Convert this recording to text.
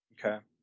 okay